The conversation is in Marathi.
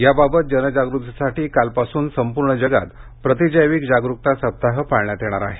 याबाबत जनजागृतीसाठी आजपासून संपूर्ण जगात प्रतिजैविक जागरूकता सप्ताह पाळण्यात येणार आहे